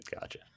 Gotcha